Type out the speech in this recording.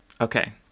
Okay